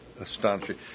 Astonishing